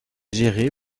géré